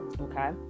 okay